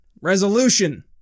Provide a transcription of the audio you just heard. resolution